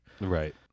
Right